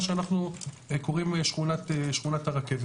מה שאנחנו קוראים שכונת הרכבת.